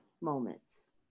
moments